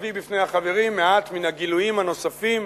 אביא בפני החברים מעט מן הגילויים הנוספים